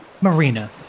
Marina